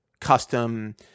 custom